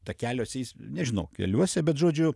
takeliuose jis nežinau keliuose bet žodžiu